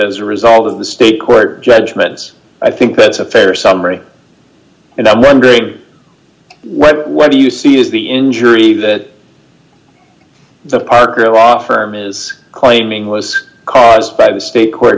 as a result of the state court judgments i think that's a fair summary and i'm wondering what do you see is the injury that the parker offer him is claiming was caused by the state court